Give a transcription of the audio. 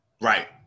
Right